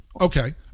okay